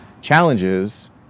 challenges